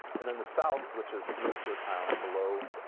and then the south, which is peninsular thailand below